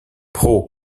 pro